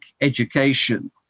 education